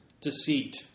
deceit